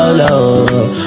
love